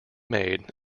made